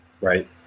Right